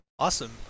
Awesome